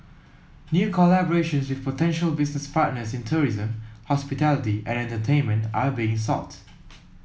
new collaborations with potential business partners in tourism hospitality and entertainment are being sought